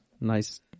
Nice